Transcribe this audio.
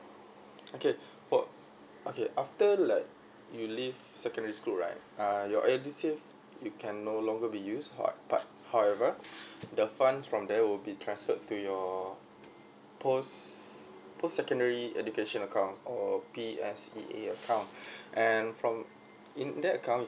okay for okay after like you leave secondary school right uh your edusave you can no longer be use how~ but however the funds from there will be transferred to your post post secondary education account or PSEA account and from in that account